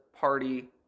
party